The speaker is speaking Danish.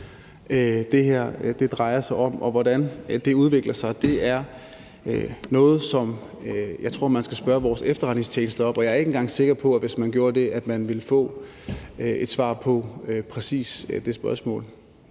konkret drejer sig om, og hvordan det udvikler sig, er det noget, som jeg tror man skal spørge vores efterretningstjeneste om. Og jeg er ikke engang sikker på, at man, hvis man gjorde det, ville få et svar på præcis det spørgsmål.